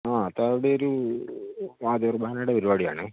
ആ അതവിടെ ഒരു ആദ്യ കുർബാനയുടെ പരിപാടിയാണ്